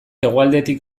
hegoaldetik